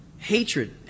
Hatred